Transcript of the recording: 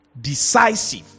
decisive